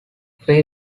free